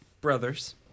brothers